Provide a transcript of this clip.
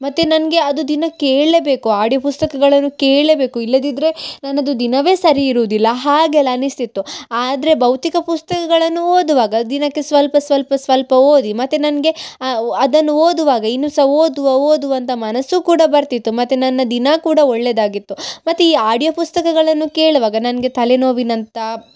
ಮತ್ತು ನನಗೆ ಅದು ದಿನ ಕೇಳಲೇಬೇಕು ಆಡ್ಯೊ ಪುಸ್ತಕಗಳನ್ನು ಕೇಳಲೇಬೇಕು ಇಲ್ಲದಿದ್ದರೆ ನನ್ನದು ದಿನವೇ ಸರಿ ಇರುವುದಿಲ್ಲ ಹಾಗೆಲ್ಲ ಅನ್ನಿಸ್ತಿತ್ತು ಆದರೆ ಭೌತಿಕ ಪುಸ್ತಕಗಳನ್ನು ಓದುವಾಗ ದಿನಕ್ಕೆ ಸ್ವಲ್ಪ ಸ್ವಲ್ಪ ಸ್ವಲ್ಪ ಓದಿ ಮತ್ತು ನನಗೆ ಅದನ್ನು ಓದುವಾಗ ಇನ್ನೂ ಸಹ ಓದುವ ಓದುವ ಅಂತ ಮನಸ್ಸು ಕೂಡ ಬರ್ತಿತ್ತು ಮತ್ತು ನನ್ನ ದಿನ ಕೂಡ ಒಳ್ಳೆಯದಾಗಿತ್ತು ಮತ್ತು ಈ ಆಡ್ಯೊ ಪುಸ್ತಕಗಳನ್ನು ಕೇಳುವಾಗ ನನಗೆ ತಲೆನೋವಿನಂಥ